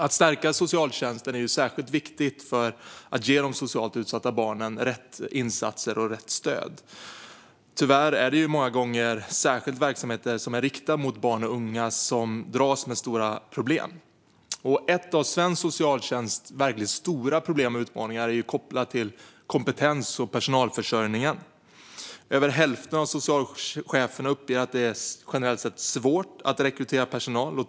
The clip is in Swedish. Att stärka socialtjänsten är särskilt viktigt för att ge de socialt utsatta barnen rätt insatser och rätt stöd. Tyvärr är det många gånger särskilt verksamheter som är riktade mot barn och unga som dras med stora problem. Ett av svensk socialtjänsts verkligt stora problem - och en av dess stora utmaningar - är kopplat till kompetens och personalförsörjningen. Över hälften av socialcheferna uppger att det generellt sett är svårt att rekrytera personal.